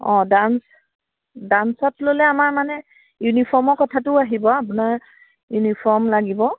অঁ ডাঞ্চ ডাঞ্চত ল'লে আমাৰ মানে ইউনিফৰ্মৰ কথাটোও আহিব আপোনাৰ ইউনিফৰ্ম লাগিব